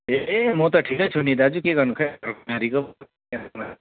ए म त ठिकै छु नि दाजु के गर्नु खै बिमारीको पो